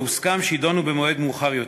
והוסכם שהם יידונו במועד מאוחר יותר.